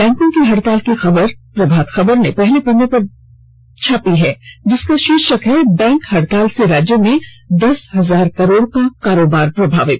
बैंको की हड़ताल की खबर प्रभात खबर ने पहले पन्ने पर जगह दी है जिसका शीर्षक है बैंक हड़ताल से राज्य में दस हजार करोड़ का कारोबार प्रभावित